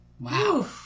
Wow